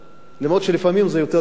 למרות שלפעמים זה יקר יותר,